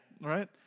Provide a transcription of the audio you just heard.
Right